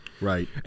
right